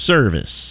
Service